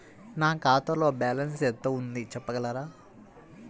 నా ఖాతాలో బ్యాలన్స్ ఎంత ఉంది చెప్పగలరా?